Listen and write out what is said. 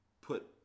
put